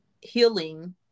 healing